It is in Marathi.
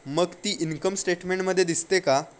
मग ती इन्कम स्टेटमेंटमध्ये दिसते का